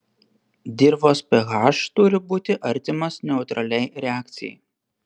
dirvos ph turi būti artimas neutraliai reakcijai